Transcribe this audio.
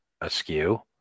askew